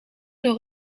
door